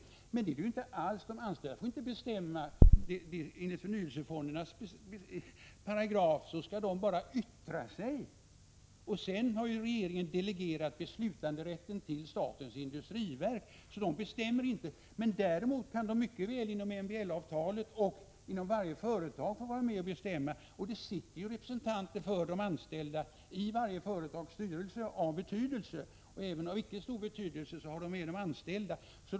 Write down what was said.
Men förnyelsefonderna innebär ingen decentralisering — de anställda får ju inte bestämma något. Enligt de paragrafer som handlar om förnyelsefonderna skall de anställda bara yttra sig. Sedan har regeringen delegerat beslutanderätten till statens industriverk. De anställda bestämmer alltså inte. Däremot kan de mycket väl med stöd av MBL-avtal inom varje företag vara med och bestämma. Det sitter ju representanter för de anställda i företagsstyrelsen för varje företag av stor betydelse. Även i företag av mindre betydelse är de anställda med.